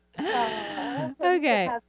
Okay